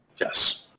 yes